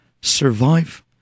survive